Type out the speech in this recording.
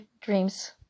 dreams